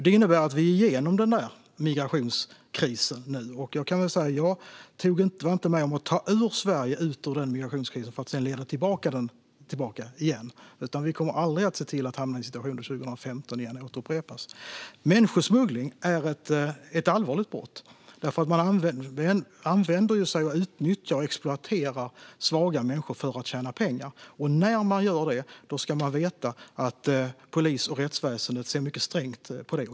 Det innebär att vi nu är igenom migrationskrisen, och jag kan säga att jag inte var med om att ta Sverige ur den krisen för att sedan leda tillbaka landet i den. Vi kommer att se till att aldrig hamna i den situationen att 2015 upprepas. Människosmuggling är ett allvarligt brott, för man använder sig av - utnyttjar och exploaterar - svaga människor för att tjäna pengar. När man gör det ska man veta att polis och rättsväsendet ser mycket strängt på det.